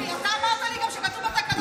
אתה אמרת לי גם שכתוב בתקנון שמותר לדבר בערבית.